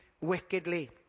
wickedly